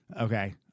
Okay